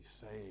saved